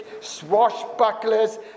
swashbucklers